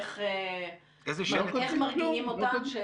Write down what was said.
איך מרגיעים אותם?